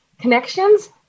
connections